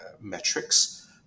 metrics